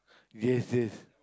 yes yes